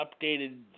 updated